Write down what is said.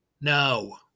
no